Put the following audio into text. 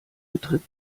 betritt